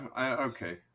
okay